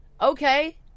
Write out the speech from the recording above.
Okay